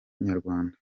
nyarwanda